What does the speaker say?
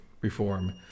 reform